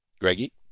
Greggy